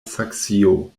saksio